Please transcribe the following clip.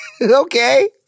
Okay